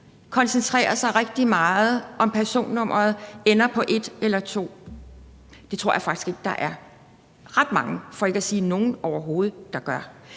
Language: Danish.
koncentrerer sig rigtig meget om, om personnummeret ender på 1 eller 2? Det tror jeg faktisk ikke der er ret mange der gør, for ikke at sige nogen overhovedet. Det her